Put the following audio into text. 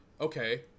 Okay